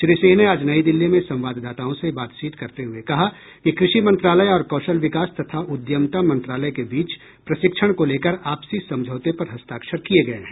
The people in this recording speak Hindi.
श्री सिंह ने आज नई दिल्ली में संवाददाताओं से बातचीत करते हुए कहा कि कृषि मंत्रालय और कौशल विकास तथा उद्यमिता मंत्रालय के बीच प्रशिक्षण को लेकर आपसी समझौते पर हस्ताक्षर किये गये हैं